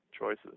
choices